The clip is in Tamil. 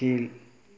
கீழ்